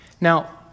Now